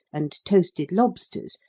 and toasted lobsters,